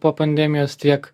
po pandemijos tiek